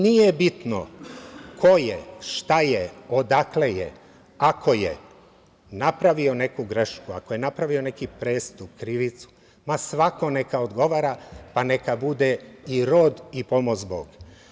Nije bitno ko je, šta je, odakle je, ako je napravio neku grešku, ako je napravio neki prestup, krivicu, ma svako neka odgovara pa neka bude, i rod i pomoz Bog.